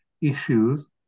issues